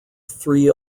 three